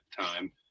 time